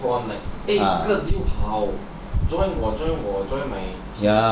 这个好 join my